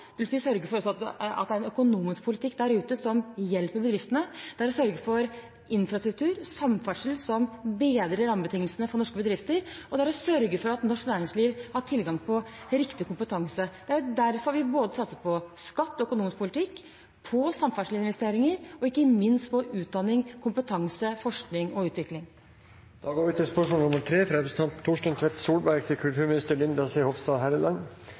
sørge for at det er en økonomisk politikk der ute som hjelper bedriftene, det er å sørge for infrastruktur, samferdsel som bedrer rammebetingelsene for norske bedrifter, og det er å sørge for at norsk næringsliv har tilgang på riktig kompetanse. Det er derfor vi satser både på skatt, økonomisk politikk, på samferdselsinvesteringer og ikke minst på utdanning, kompetanse, forskning og